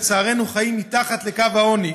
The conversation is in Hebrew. לצערנו חיים מתחת לקו העוני.